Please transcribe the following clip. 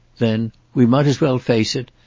then we might as well face it.